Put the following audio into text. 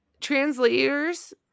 translators